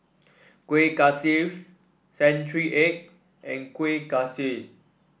Kuih Kaswi Century Egg and Kuih Kaswi